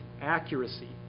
accuracy